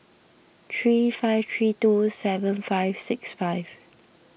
three five three two seven five six five